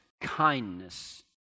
kindness